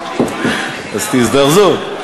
תזדרזו.